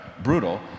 Brutal